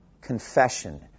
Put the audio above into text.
confession